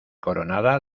coronada